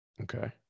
Okay